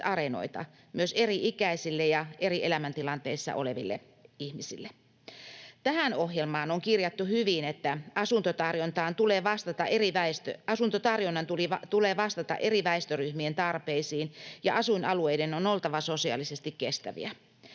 myös eri-ikäisille ja eri elämäntilanteissa oleville ihmisille. Tähän ohjelmaan on kirjattu hyvin, että asuntotarjonnan tulee vastata eri väestöryhmien tarpeisiin ja asuinalueiden on oltava sosiaalisesti kestäviä.